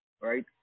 right